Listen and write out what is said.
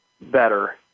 better